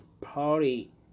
party